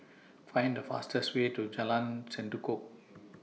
Find The fastest Way to Jalan Sendudok